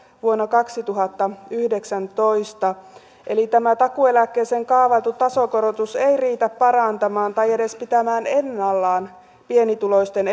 vuonna kaksituhattayhdeksäntoista eli tämä takuueläkkeeseen kaavailtu tasokorotus ei riitä parantamaan tai edes pitämään ennallaan pienituloisten